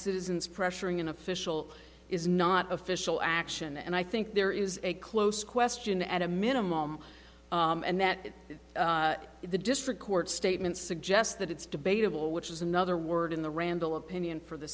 citizens pressuring an official is not official action and i think there is a close question at a minimum and that the district court statement suggests that it's debatable which is another word in the randall opinion for the